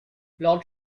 lord